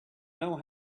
know